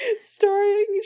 Starring